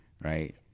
right